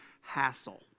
hassle